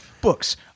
books